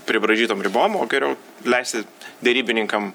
pribraižytom ribom o geriau leisti derybininkam